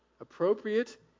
appropriate